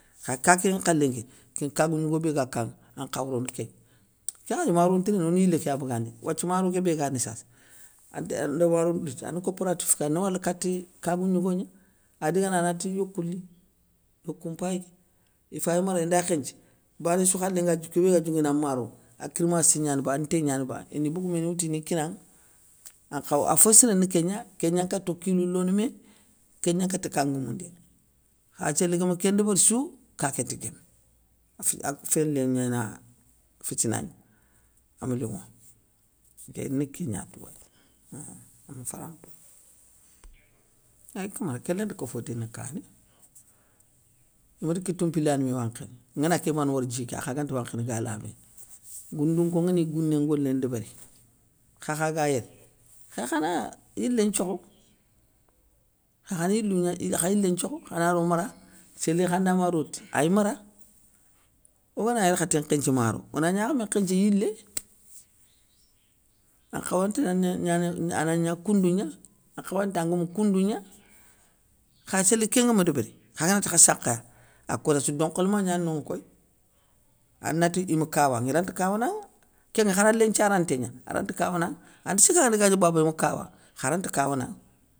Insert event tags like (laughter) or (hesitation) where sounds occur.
Kha ka kékén nkhalé nké, kén kagou gnigo béga kanŋa ankhaw rono kégna. Kén ŋwakhati maro ntirini ona yilé ké ya bagandini, wathia maro kébé ga rini, sasa anté ndo maro liti ane copératif ké ana wala kati kagougnougo gna, adi ganari ati yokou li, yokou mpay ké, ifay mara inda khénthié, bané sou khalé nga tou kébé ga dioguina maroŋa, a kirmassi gnani ba, an nté gnaniba, ini bogoumé ini woutou ini kinaŋa, ankhaw a fossiré ni kégna, kégna nkato kilou lono mé, kégna nkata ka ngomoundini. Kha séli gama kén ndébérissou ka ké nta guémé, (hesitation) a falén gnana fitina gna aama linŋo, nké ni kégna tou einnn ama faramparo. Ayi camara kén lanta kofo déni kané, iméti kitou mpili yani mé wankhini, ngana ké bane wara dji ké, akha ganta wankhini ga labéné, goundounko nguéni i gouné ngolé ndébéri, kha kha ga yéré, khakhana yilé nthiokho, khakhana yilou gna ir kha yilé nthiokho, khana ro mara, séli i khanda maro riti, ay mara. Ogana yarkhaté nkénthié maro, ona gnakhamé nkhénthié yilé, an nkhawantina ne gnana ana gna koundou gna, an nkhawanta an gomou koundou gna. Kha séli kén ngama débéri, khaganti kha sakhaya, akotassou ini donkholema gnani nonŋa koy, anati imi kawanŋe, iranti kawananŋa, kén khara lén nthiaranté gna aranti kawananŋa, ante sika dé gatini baba dé ima kawanŋa, kharanti kawanaŋa.